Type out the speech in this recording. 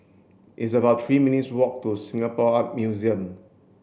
it's about three minutes walk to Singapore Art Museum